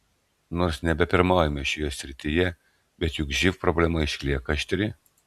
nors nebepirmaujame šioje srityje bet juk živ problema išlieka aštri